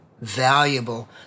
valuable